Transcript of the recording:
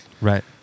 Right